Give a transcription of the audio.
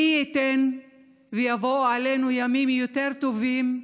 מי ייתן ויבואו עלינו ימים יותר טובים,